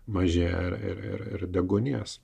mažėja ir deguonies